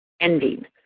ending